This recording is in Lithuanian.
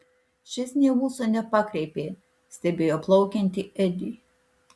šis nė ūso nepakreipė stebėjo plaukiantį edį